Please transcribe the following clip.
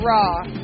Raw